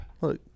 Look